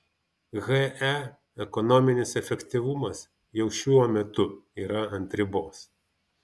he ekonominis efektyvumas jau šiuo metu yra ant ribos